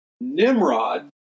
Nimrod